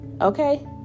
okay